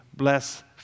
Bless